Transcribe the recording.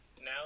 now